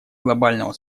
глобального